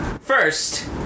first